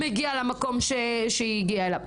מגיע למקום שהיא הגיעה אליו.